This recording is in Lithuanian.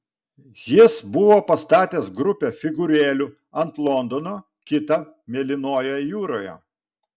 jis buvo pastatęs grupę figūrėlių ant londono kitą mėlynoje jūroje